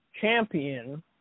champion